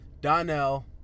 Donnell